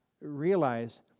realize